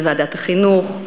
בוועדת החינוך,